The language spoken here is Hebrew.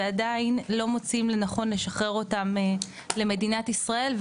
ועדיין לא מוצאים לנכון לשחרר אותם למדינת ישראל,